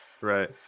Right